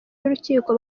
y’urukiko